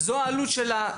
זו העלות שלה,